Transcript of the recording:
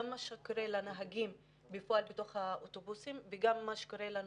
גם מה שקורה לנהגים בפועל בתוך האוטובוסים וגם מה שקורה לנוסעים.